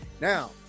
Now